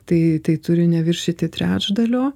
tai tai turi neviršyti trečdalio